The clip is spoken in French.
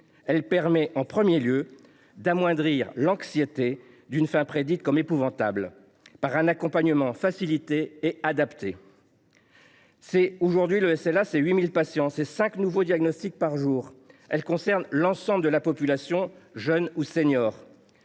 Il permet en premier lieu d’amoindrir l’anxiété d’une fin prédite comme épouvantable par un accompagnement facilité et adapté. Aujourd’hui, la SLA, ce sont 8 000 patients ; ce sont cinq nouveaux diagnostics par jour. Cette maladie concerne l’ensemble de la population, jeunes ou seniors.